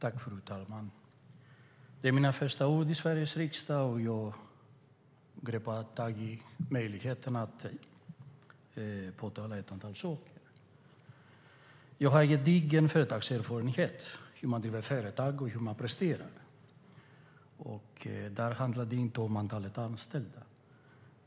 Fru talman! Detta är mina första ord i Sveriges riksdag, och jag vill gripa tag i möjligheten att påpeka ett antal saker. Jag har gedigen företagserfarenhet när det gäller hur man driver företag och hur man presterar. Där handlar det inte om antalet anställda.